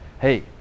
hey